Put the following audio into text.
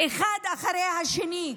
אחד אחרי השני,